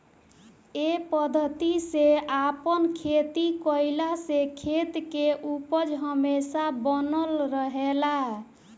ए पद्धति से आपन खेती कईला से खेत के उपज हमेशा बनल रहेला